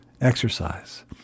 exercise